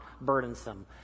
burdensome